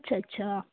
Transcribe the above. ਅੱਛਾ ਅੱਛਾ